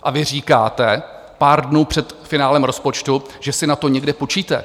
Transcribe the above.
A vy říkáte pár dnů před finále rozpočtu, že si na to někde půjčíte.